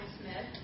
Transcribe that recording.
Smith